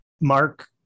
Mark